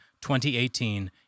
2018